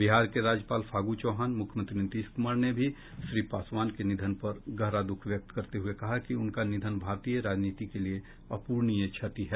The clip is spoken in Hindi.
बिहार के राज्यपाल फागू चौहान और मूख्यमंत्री नीतीश क्मार ने भी श्री पासवान के निधन पर गहरा द्ःख व्यक्त करते हुए कहा है कि उनका निधन भारतीय राजनीति के लिए अप्रणीय क्षति है